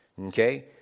Okay